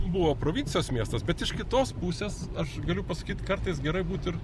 buvo provincijos miestas bet iš kitos pusės aš galiu pasakyt kartais gerai būt ir